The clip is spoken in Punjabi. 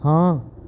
ਹਾਂ